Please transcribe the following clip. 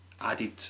added